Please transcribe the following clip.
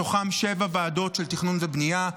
בתוכם שבע ועדות של תכנון ובנייה.